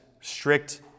strict